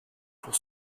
pour